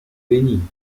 bénit